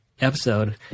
episode